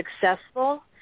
Successful